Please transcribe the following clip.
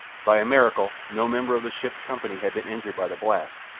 by a miracle no member of the ship's company had been injured by the blast,